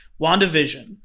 WandaVision